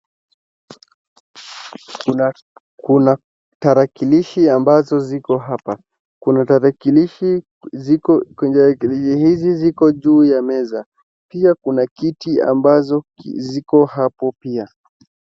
Kuna tarakilishi ambazo ziko hapa, kuna tarakilishi ziko juu ya meza, pia kuna kiti ambazo ziko hapo pia.